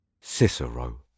Cicero